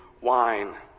wine